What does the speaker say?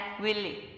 Willie